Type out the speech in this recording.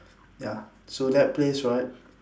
ya so that place right